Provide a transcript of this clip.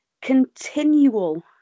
continual